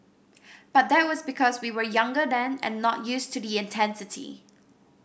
but that was because we were younger then and not used to the intensity